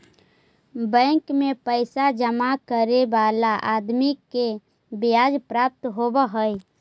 bank में पैसा जमा करे वाला आदमी के ब्याज प्राप्त होवऽ हई